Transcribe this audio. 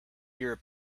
your